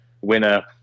winner